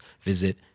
visit